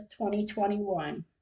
2021